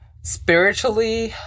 Spiritually